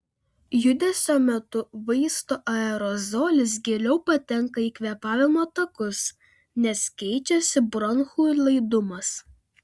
judesio metu vaisto aerozolis giliau patenka į kvėpavimo takus nes keičiasi bronchų laidumas